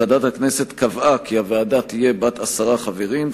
ועדת הכנסת קבעה כי הוועדה תהיה בת עשרה חברים,